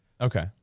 Okay